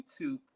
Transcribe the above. YouTube